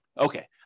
Okay